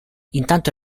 intanto